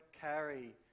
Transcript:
carry